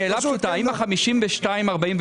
האם ה-52-48,